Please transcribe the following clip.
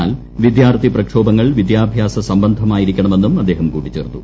എന്നാൽ വിദ്യാർത്ഥി പ്രക്ഷോഭങ്ങൾ വിദ്യാഭ്യാസ സംബന്ധമായിരിക്കണമെന്നും അദ്ദേഹം കൂട്ടിച്ചേർത്തു